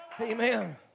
Amen